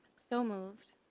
so moved.